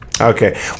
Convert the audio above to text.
Okay